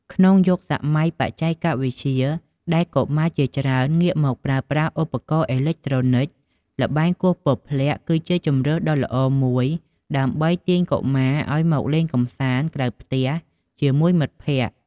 ក្នុងយុគសម័យបច្ចេកវិទ្យា ដែលកុមារជាច្រើនងាកមកប្រើប្រាស់ឧបករណ៍អេឡិចត្រូនិក ល្បែងគោះពព្លាក់គឺជាជម្រើសដ៏ល្អមួយដើម្បីទាញកុមារឱ្យមកលេងកម្សាន្តក្រៅផ្ទះជាមួយមិត្តភក្តិ។